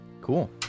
Cool